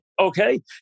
okay